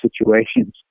situations